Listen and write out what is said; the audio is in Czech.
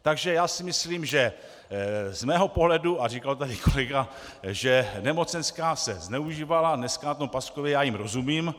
Takže já si myslím, že z mého pohledu, a říkal tady kolega, že nemocenská se zneužívala, dneska na tom Paskově já jim rozumím.